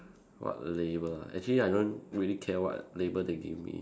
what labour ah actually I don't really care what labour they give me